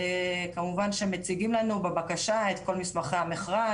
כמובן שמציגים לנו בבקשה את כל מסמכי המכרז.